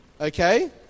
Okay